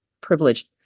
privileged